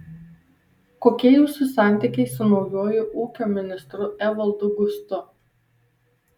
kokie jūsų santykiai su naujuoju ūkio ministru evaldu gustu